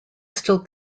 still